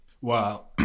Wow